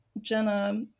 Jenna